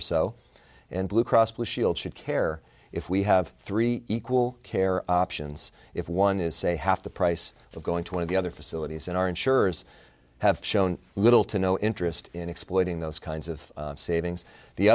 or so and blue cross blue shield should care if we have three equal care options if one is say half the price of going to one of the other facilities in our insurers have shown little to no interest in exploiting those kinds of savings the